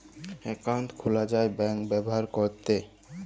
account খুলা যায় bank ব্যাভার ক্যরতে